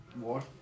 War